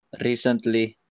recently